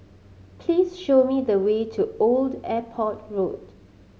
please show me the way to Old Airport Road